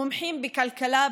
מומחים בכלכלה,